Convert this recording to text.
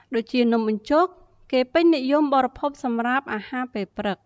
ដូចជានំបញ្ចុក គេពេញនិយមបរិភោគសម្រាប់អាហារពេលព្រឹក។